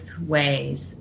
ways